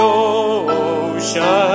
ocean